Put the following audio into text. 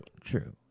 true